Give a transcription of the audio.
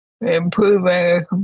improving